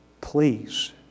Please